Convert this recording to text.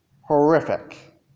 horrific